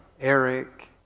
Eric